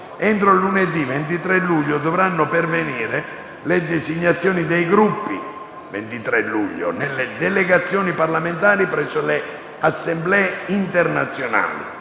Entro lunedì 23 luglio dovranno pervenire le designazioni dei Gruppi nelle delegazioni parlamentari presso le Assemblee internazionali;